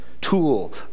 tool